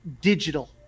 digital